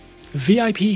VIP